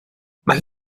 mae